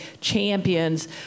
champions